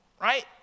Right